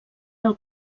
del